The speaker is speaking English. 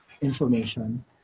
information